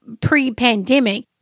pre-pandemic